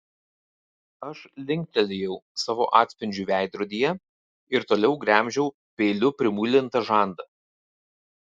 aš linktelėjau savo atspindžiui veidrodyje ir toliau gremžiau peiliu primuilintą žandą